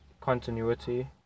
continuity